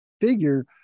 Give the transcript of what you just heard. figure